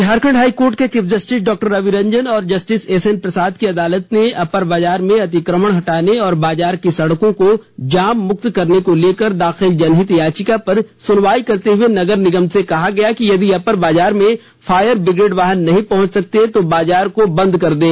Jharkhand high court के chief justice Dr Ravi Ranjan व justice S N Prasad की अदालत ने अपर बाजार में अतिक्रमण हटाने और बाजार की सड़कों को जाम मुक्त करने को लेकर दाखिल जनहित याचिका पर सुनवाई करते हुए नगर निगम से कहा कि यदि अपर बाजार में फायर ब्रिगेड वाहन नहीं पहुंच सकते तो बाजार को बंद कर दें